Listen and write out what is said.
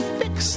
fix